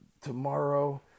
tomorrow